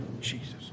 Jesus